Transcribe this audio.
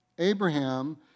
...Abraham